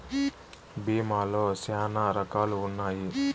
భీమా లో శ్యానా రకాలు ఉన్నాయి